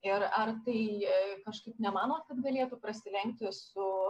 ir ar tai kažkaip nemanot kad galėtų prasilenkti su